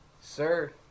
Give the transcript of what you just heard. Sir